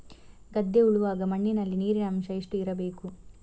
ಗದ್ದೆ ಉಳುವಾಗ ಮಣ್ಣಿನಲ್ಲಿ ನೀರಿನ ಅಂಶ ಎಷ್ಟು ಇರಬೇಕು?